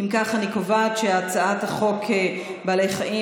אם כך, אני קובעת שהצעת חוק בעלי חיים